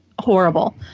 horrible